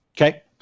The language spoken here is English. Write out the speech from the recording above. Okay